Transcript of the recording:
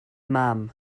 mam